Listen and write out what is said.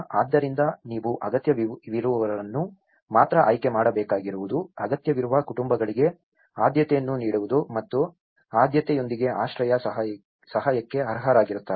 ಆದ್ದರಿಂದ ನೀವು ಅಗತ್ಯವಿರುವವರನ್ನು ಮಾತ್ರ ಆಯ್ಕೆ ಮಾಡಬೇಕಾಗಿರುವುದು ಅಗತ್ಯವಿರುವ ಕುಟುಂಬಗಳಿಗೆ ಆದ್ಯತೆಯನ್ನು ನೀಡುವುದು ಮತ್ತು ಆದ್ಯತೆಯೊಂದಿಗೆ ಆಶ್ರಯ ಸಹಾಯಕ್ಕೆ ಅರ್ಹರಾಗಿರುತ್ತಾರೆ